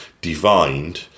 divined